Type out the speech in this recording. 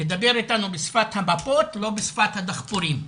לדבר איתנו בשפת המפות ולא בשפת הדחפורים.